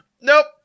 Nope